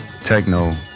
Techno